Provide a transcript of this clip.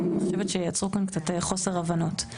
אני חושבת שיצרו כאן קצת חוסר הבנות.